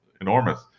enormous